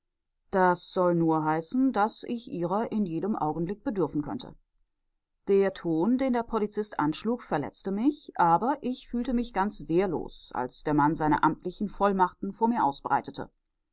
das soll nur heißen daß ich ihrer in jedem augenblick bedürfen könnte der ton den der polizist anschlug verletzte mich aber ich fühlte mich ganz wehrlos als der mann seine amtlichen vollmachten vor mir ausbreitete